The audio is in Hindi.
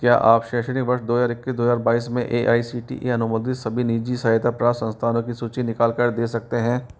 क्या आप शैक्षणिक वर्ष दो हजार इक्कीस दो हजार बाईस में A I C T E अनुमोदित सभी निजी सहायता प्राप्त संस्थानों की सूचि निकाल कर दे सकते हैं